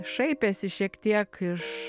šaipėsi šiek tiek iš